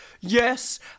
yes